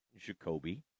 Jacoby